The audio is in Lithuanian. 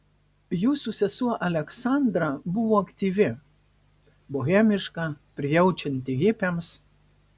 jūsų sesuo aleksandra buvo aktyvi bohemiška prijaučianti hipiams